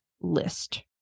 list